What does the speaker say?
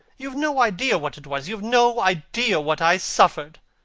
you have no idea what it was. you have no idea what i suffered.